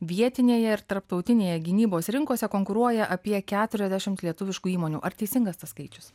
vietinėje ir tarptautinėje gynybos rinkose konkuruoja apie keturiasdešimt lietuviškų įmonių ar teisingas tas skaičius